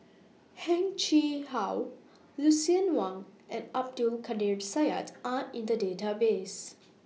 Heng Chee How Lucien Wang and Abdul Kadir Syed Are in The Database